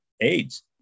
AIDS